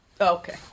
Okay